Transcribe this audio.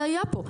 זה היה פה,